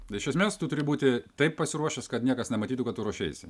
iš esmės tu turi būti taip pasiruošęs kad niekas nematytų kad tu ruošeisi